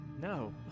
No